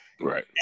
Right